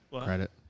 Credit